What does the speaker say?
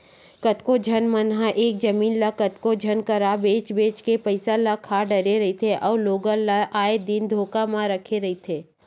कतको झन मन ह एके जमीन ल कतको झन करा बेंच बेंच के पइसा ल खा डरे रहिथे अउ लोगन ल आए दिन धोखा म रखे रहिथे